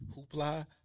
hoopla